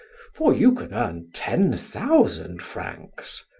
for you can earn ten thousand francs.